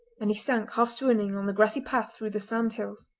and he sank half swooning on the grassy path through the sandhills.